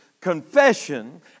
confession